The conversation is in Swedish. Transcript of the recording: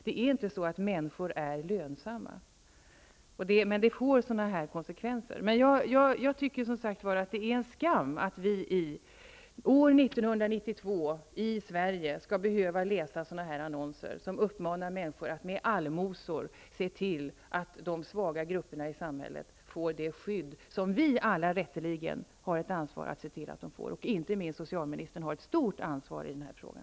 Det är inte så att människor är lönsamma, och detta får sådana här konsekvenser. Jag tycker som sagt att det är en skam att vi år 1992 i Sverige skall behöva läsa annonser som uppmanar människor att med allmosor se till att de svaga grupperna i samhället får det skydd som vi alla rätteligen har ett ansvar att se till att de får. Inte minst socialministern har ett stort ansvar i den här frågan.